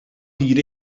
hyd